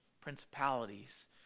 principalities